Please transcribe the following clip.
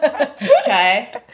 Okay